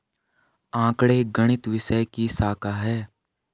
आंकड़े गणित विषय की शाखा हैं